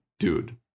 Dude